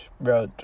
bro